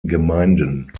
gemeinden